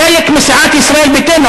חלק מסיעת ישראל ביתנו,